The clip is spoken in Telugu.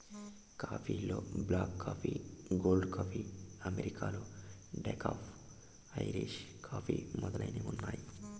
కాఫీ లలో black coffee, cold coffee, americano, decaf, Irish coffee మొదలైనవి ఉన్నాయి